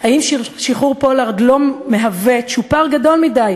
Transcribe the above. אם שחרור פולארד לא מהווה צ'ופר גדול מדי